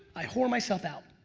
i whore myself out.